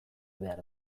behar